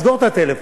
אז סגור את הטלפון,